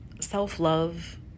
self-love